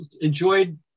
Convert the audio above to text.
enjoyed